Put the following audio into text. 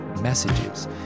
messages